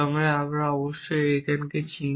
তবে আমরা অনেক এজেন্টকে চিনি